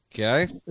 Okay